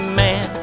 man